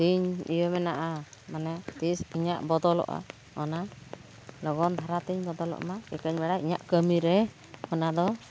ᱛᱤᱧ ᱤᱭᱟᱹ ᱢᱮᱱᱟᱜᱼᱟ ᱢᱟᱱᱮ ᱛᱤᱥ ᱤᱧᱟᱹᱜ ᱵᱚᱫᱚᱞᱚᱜᱼᱟ ᱚᱱᱟ ᱞᱚᱜᱚᱱ ᱫᱷᱟᱨᱟ ᱛᱤᱧ ᱵᱚᱫᱚᱞᱚᱜ ᱢᱟ ᱪᱤᱠᱟᱹᱧ ᱵᱟᱲᱟᱭ ᱤᱧᱟᱹᱜ ᱠᱟᱹᱢᱤᱨᱮ ᱚᱱᱟ ᱫᱚ